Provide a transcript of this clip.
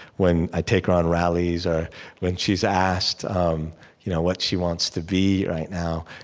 when i take her on rallies or when she's asked um you know what she, wants to be right now,